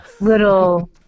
little